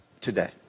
today